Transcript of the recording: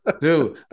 Dude